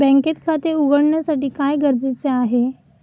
बँकेत खाते उघडण्यासाठी काय गरजेचे आहे?